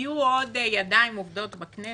יהיו עוד ידיים עובדות בכנסת.